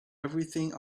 everything